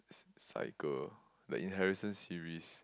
cycle the inheritance series